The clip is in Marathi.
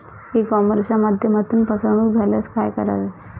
ई कॉमर्सच्या माध्यमातून फसवणूक झाल्यास काय करावे?